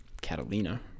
catalina